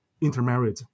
intermarried